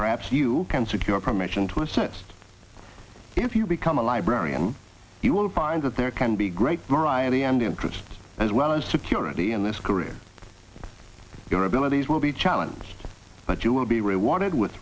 perhaps you can secure permission to assist if you become a librarian you will find that there can be great variety and interest as well as security in this career your abilities will be challenged but you will be rewarded with